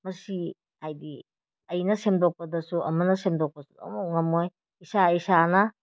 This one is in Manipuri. ꯃꯁꯤ ꯍꯥꯏꯗꯤ ꯑꯩꯅ ꯁꯦꯝꯗꯣꯛꯄꯗꯁꯨ ꯑꯃꯅ ꯁꯦꯝꯗꯣꯛꯄꯗꯁꯨ ꯑꯃꯐꯥꯎ ꯉꯝꯂꯣꯏ ꯏꯁꯥ ꯏꯁꯥꯅ